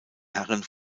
herren